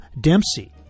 Dempsey